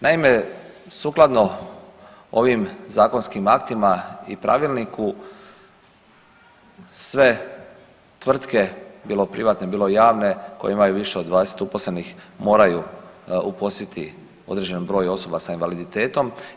Naime, sukladno ovim zakonskim aktima i pravilniku sve tvrtke bilo privatne bilo javne koje imaju više od 20 uposlenih moraju uposliti određeni broj osoba sa invaliditetom.